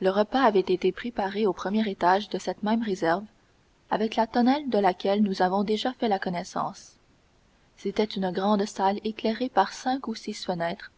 le repas avait été préparé au premier étage de cette même réserve avec la tonnelle de laquelle nous avons déjà fait connaissance c'était une grande salle éclairée par cinq ou six fenêtres